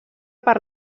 per